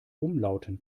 umlauten